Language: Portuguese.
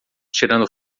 tirando